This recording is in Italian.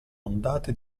ondate